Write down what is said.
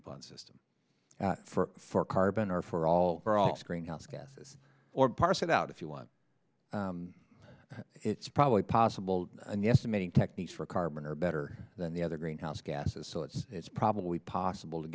upon system for carbon or for all or all screen house gases or parse it out if you want it's probably possible and yes emitting techniques for carbon are better than the other greenhouse gases so it's it's probably possible to